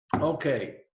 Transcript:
Okay